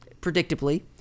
predictably